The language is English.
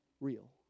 real